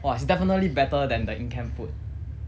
!wah! it's definitely better than the in camp food